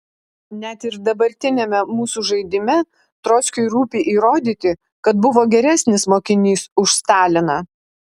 net ir dabartiniame mūsų žaidime trockiui rūpi įrodyti kad buvo geresnis mokinys už staliną